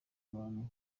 abantu